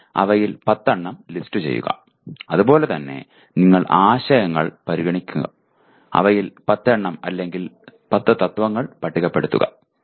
എന്നാൽ അവയിൽ 10 എണ്ണം ലിസ്റ്റുചെയ്യുക അതുപോലെ തന്നെ നിങ്ങൾ ആശയങ്ങൾ പരിഗണിക്കുന്നവ അവയിൽ 10 എണ്ണം അല്ലെങ്കിൽ 10 തത്ത്വങ്ങൾ പട്ടികപ്പെടുത്തുക